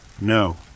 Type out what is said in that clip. No